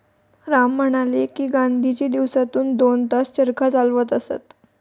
राम म्हणाले की, गांधीजी दिवसातून दोन तास चरखा चालवत असत